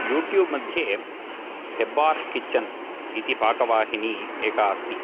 YouTube मध्ये Hebbar's Kitchen इति पाकवाहिनी एका अस्ति